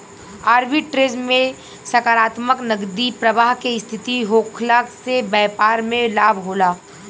arbitrage में सकारात्मक नगदी प्रबाह के स्थिति होखला से बैपार में लाभ होला